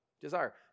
desire